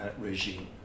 regime